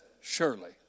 Surely